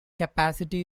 capacity